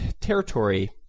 territory